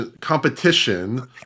competition